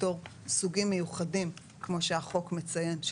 לפטור סוגים מיוחדים כמו שהחוק מציין,